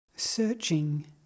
Searching